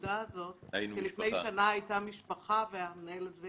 החמודה הזאת שלפני שנה הייתה משפחה והמנהל הזה